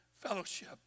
fellowship